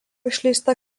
išleista